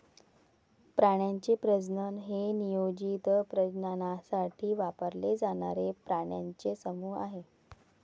प्राण्यांचे प्रजनन हे नियोजित प्रजननासाठी वापरले जाणारे प्राण्यांचे समूह आहे